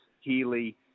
Healy